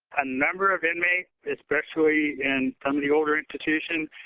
a number of inmates, especially in some of the older institutions,